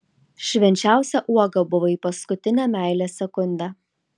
švenčiausia uoga buvai paskutinę meilės sekundę